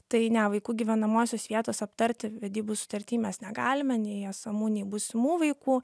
tai ne vaikų gyvenamosios vietos aptarti vedybų sutarty mes negalime nei esamų nei būsimų vaikų